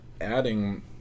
adding